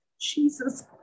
Jesus